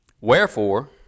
Wherefore